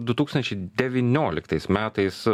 du tūkstančiai devynioliktais metais